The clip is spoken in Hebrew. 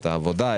את העבודה,